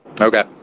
Okay